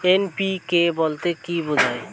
NPK বলতে কী বোঝায়?